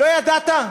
לא ידעת?